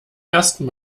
ersten